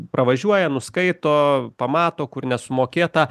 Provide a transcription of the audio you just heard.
pravažiuoja nuskaito pamato kur nesumokėta